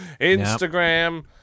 Instagram